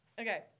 Okay